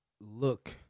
look